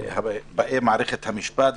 באי מערכת המשפט,